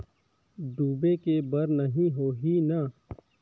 डूबे के बर नहीं होही न?